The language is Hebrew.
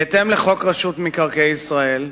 בהתאם לחוק רשות מקרקעי ישראל,